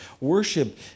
Worship